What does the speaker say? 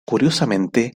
curiosamente